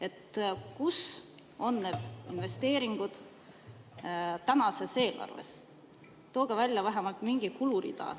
Kus on need investeeringud praeguses eelarves? Tooge välja vähemalt mingi kulurida,